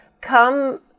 come